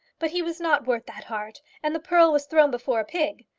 but he was not worth that heart, and the pearl was thrown before a pig.